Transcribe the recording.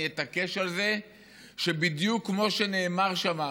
ואני אתעקש על זה שבדיוק כמו שנאמר שם,